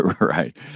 Right